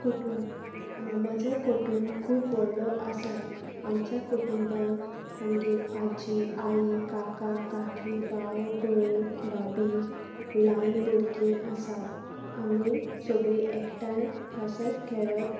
कुटूंब म्हजो कुटूंब खूब व्हडलो आसा आमच्या कुटूंबांत आमगेर आजी आई काका काकी भाव भयण भाबी ल्हान भुरगीं आसा आमी सगळीं एकठांय हांसत खेळत